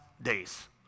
days